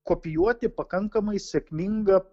kopijuoti pakankamai sėkmingą